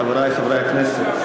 חברי חברי הכנסת,